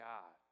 God